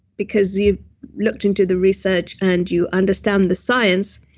because you've looked into the research, and you understand the science,